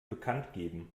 bekanntgeben